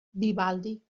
vivaldi